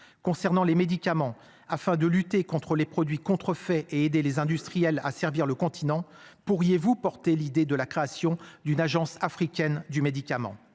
Concernant les médicaments afin de lutter contre les produits contrefaits et aider les industriels à servir le continent. Pourriez-vous porter l'idée de la création d'une agence africaine du médicament.